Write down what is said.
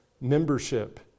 membership